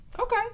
Okay